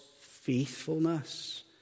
faithfulness